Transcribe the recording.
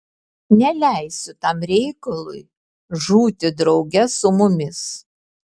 neleisiu tam reikalui žūti drauge su mumis